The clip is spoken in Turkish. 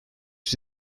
yüz